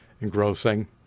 engrossing